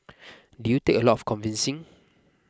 did you take a lot of convincing